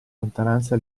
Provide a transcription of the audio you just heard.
lontananza